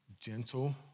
Gentle